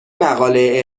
مقاله